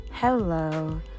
hello